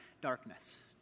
darkness